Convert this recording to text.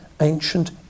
ancient